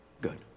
Good